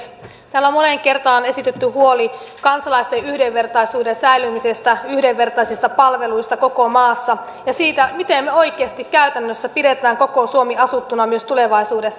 täällä on moneen kertaan esitetty huoli kansalaisten yhdenvertaisuuden säilymisestä yhdenvertaisista palveluista koko maassa ja siitä miten me oikeasti käytännössä pidämme koko suomen asuttuna myös tulevaisuudessa